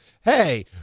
hey